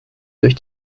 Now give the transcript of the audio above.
durch